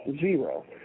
zero